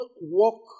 walk